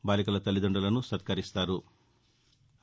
బాలికల తల్లిదండులను సత్కరిస్తారు